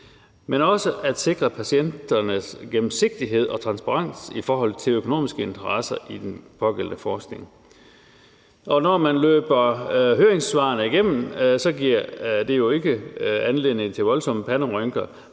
men også om at sikre, at patienterne har gennemsigtighed og transparens i forhold til økonomiske interesser i den pågældende forskning. Når man løber høringssvarene igennem, giver det jo ikke anledning til voldsomme panderynker.